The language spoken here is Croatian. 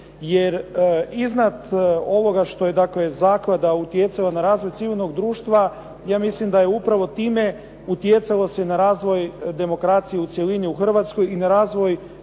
jer iznad ovoga što je dakle zaklada utjecala na razvoj civilnog društva ja mislim da je upravo time utjecalo se na razvoj demokracije u cjelini u Hrvatskoj i na razvoj